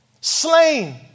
Slain